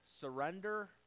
Surrender